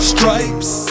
Stripes